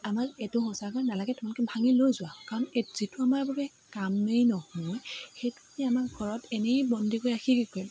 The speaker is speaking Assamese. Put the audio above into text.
আমাক এইটো সঁচাকৈ নালাগে তোমালোকে ভাঙি লৈ যোৱা কাৰণ এ যিটো আমাৰ বাবে কামেই নহয় সেইটো দি আমাৰ ঘৰত এনেই বন্দী কৰি ৰাখি কি কৰিম